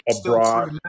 Abroad